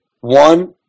One